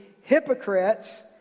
hypocrites